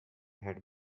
had